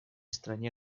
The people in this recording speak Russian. стране